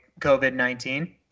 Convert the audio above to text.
COVID-19